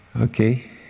Okay